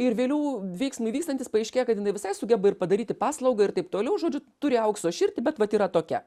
ir vėliau veiksmui vykstantis paaiškėja kad jinai visai sugeba ir padaryti paslaugą ir taip toliau žodžiu turi aukso širdį bet vat yra tokia